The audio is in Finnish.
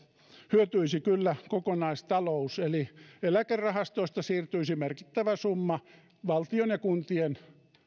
hyötyisi kyllä kokonaistalous eli eläkerahastoista siirtyisi merkittävä summa valtion ja kuntien